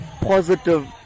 positive